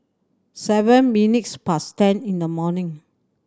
seven minutes past ten in the morning